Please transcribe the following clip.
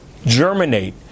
germinate